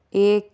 एक